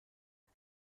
اگه